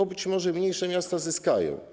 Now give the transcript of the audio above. Bo być może mniejsze miasta zyskają.